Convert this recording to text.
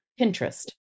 pinterest